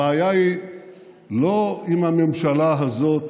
הבעיה היא לא אם הממשלה הזאת